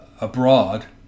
abroad